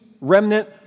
remnant